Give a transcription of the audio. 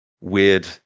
weird